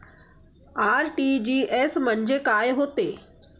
RTGS म्हंजे काय होते?